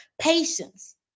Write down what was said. patience